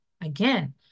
Again